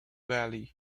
valley